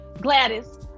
Gladys